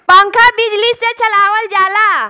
पंखा बिजली से चलावल जाला